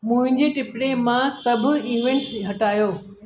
मुंहिंजे टिपणे मां सभु इवेंट्स हटायो